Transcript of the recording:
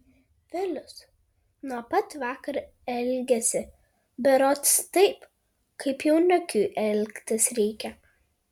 vilius nuo pat vakar elgiasi berods taip kaip jaunikiui elgtis reikia